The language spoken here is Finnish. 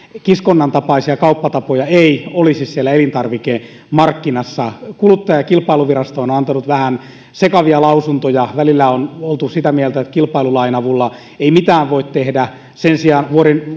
kiskonnan tapaisia kauppatapoja olisi siellä elintarvikemarkkinassa kilpailu ja kuluttajavirasto on antanut vähän sekavia lausuntoja välillä on oltu sitä mieltä että kilpailulain avulla ei mitään voi tehdä sen sijaan